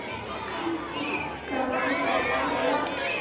सामाजिक सहायता होला का?